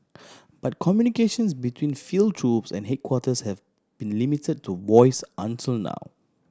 but communications between field troops and headquarters have been limited to voice until now